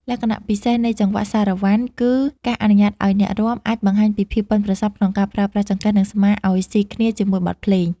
លក្ខណៈពិសេសនៃចង្វាក់សារ៉ាវ៉ាន់ គឺការអនុញ្ញាតឱ្យអ្នករាំអាចបង្ហាញពីភាពប៉ិនប្រសប់ក្នុងការប្រើប្រាស់ចង្កេះ និងស្មាឱ្យស៊ីគ្នាជាមួយបទភ្លេង។